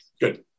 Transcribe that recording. Good